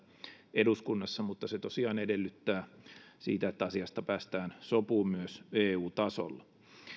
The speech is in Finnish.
eduskunnassa mutta se tosiaan edellyttää sitä että asiasta päästään sopuun myös eu tasolla